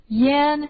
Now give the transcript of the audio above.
yen